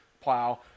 plow